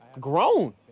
Grown